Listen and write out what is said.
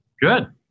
Good